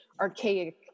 archaic